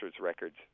records